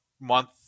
month